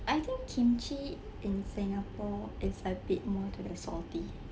I think kimchi in singapore it's a bit more to the salty